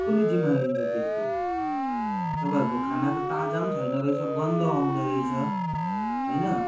कसले जिम्मा लिन्छ त्यसको तपाईँहरूको खाना त ताजा पनि छैन रहेछ गन्ध आउँदो रहेछ होइन